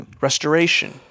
restoration